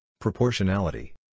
proportionality